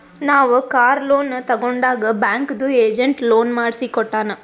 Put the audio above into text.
ನಾವ್ car loan ತಗೊಂಡಾಗ್ ಬ್ಯಾಂಕ್ದು ಏಜೆಂಟ್ ಲೋನ್ ಮಾಡ್ಸಿ ಕೊಟ್ಟಾನ್